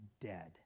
dead